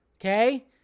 Okay